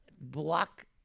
block